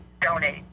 donate